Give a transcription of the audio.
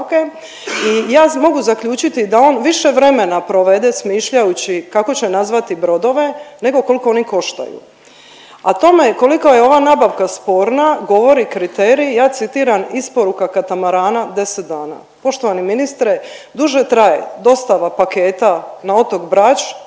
I ja mogu zaključiti da on više vremena provede smišljajući kako će nazvati brodove, nego koliko oni koštaju. A tome koliko je ova nabavka sporna govori kriterij, ja citiram isporuka katamarana 10 dana. Poštovani ministre duže traje dostava paketa na otok Brač,